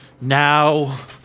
now